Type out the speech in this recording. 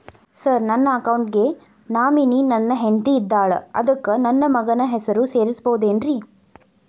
Sir ನನ್ನ account ಗೆ nominee ನನ್ನ ಹೆಂಡ್ತಿ ಇದ್ದಾಳ ಅದಕ್ಕ ನನ್ನ ಮಗನ ಹೆಸರು ಸೇರಸಬಹುದೇನ್ರಿ?